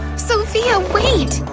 sophia, wait!